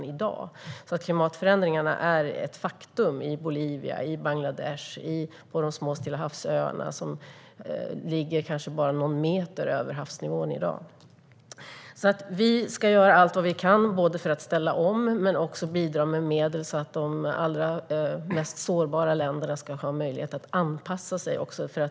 Klimatförändringarna är redan i dag ett faktum i Bolivia, i Bangladesh och på de små Stillahavsöarna som ligger kanske bara någon meter över dagens havsnivå. Vi ska göra allt vi kan för att ställa om men också bidra med medel så att de allra mest sårbara länderna får möjlighet att anpassa sig.